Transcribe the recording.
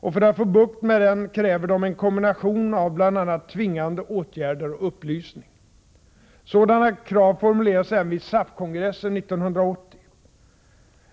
Och för att få bukt med den kräver de en kombination av bl.a. tvingande åtgärder och upplysning. Sådana krav formulerades även vid SAF-kongressen 1980.